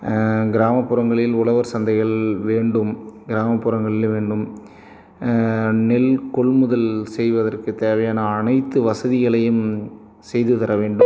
கிராமப்புறங்களில் உழவர் சந்தைகள் வேண்டும் கிராமப்புறங்களில் வேண்டும் நெல் கொள் முதல் செய்வதற்கு தேவையான அனைத்து வசதிகளையும் செய்து தர வேண்டும்